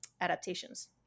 adaptations